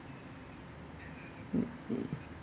hmm mm